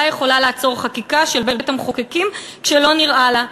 יכולה לעצור חקיקה של בית-המחוקקים כשלא נראה לה,